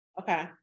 Okay